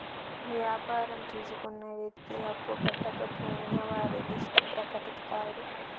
వ్యాపారం తీసుకున్న వ్యక్తి అప్పు కట్టకపోయినా వారి లిస్ట్ ప్రకటిత్తారు